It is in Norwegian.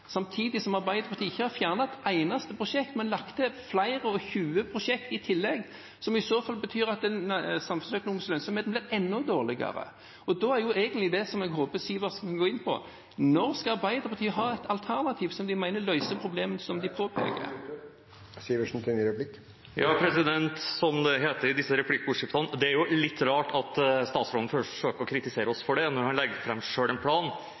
samtidig som Arbeiderpartiet ikke har fjernet et eneste prosjekt, men lagt til flere – over 20 prosjekter i tillegg. Det vil i så fall bety at den samfunnsøkonomiske lønnsomheten blir enda dårligere. Da håper jeg egentlig at Sivertsen vil gå inn på følgende: Når skal Arbeiderpartiet ha et alternativ som de mener skal løse problemene? Da er tiden ute. Som det heter i disse replikkordskiftene: Det er jo «litt rart» at statsråden forsøker å kritisere oss for det, når han selv legger fram en plan